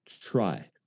try